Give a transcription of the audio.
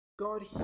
God